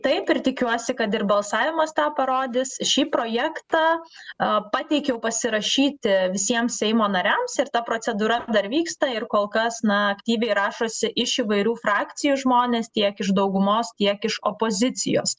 taip ir tikiuosi kad ir balsavimas tą parodys šį projektą pateikiau pasirašyti visiems seimo nariams ir ta procedūra dar vyksta ir kol kas na aktyviai rašosi iš įvairių frakcijų žmonės tiek iš daugumos tiek iš opozicijos